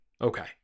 Okay